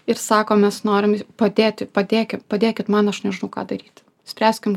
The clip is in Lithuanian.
ir sako mes norim padėti padėki padėkit man aš nežinau ką daryti spręskim